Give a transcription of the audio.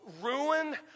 ruin